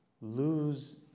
lose